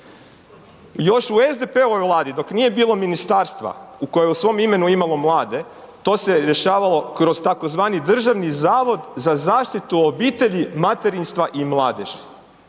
još u SDP-ovoj Vladi dok nije bilo ministarstva u kojem je u svom imenu imalo mlade, to se rješavalo kroz tzv. Državni zavod za zaštitu obitelji, materinstva i mladeži.